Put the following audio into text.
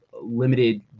limited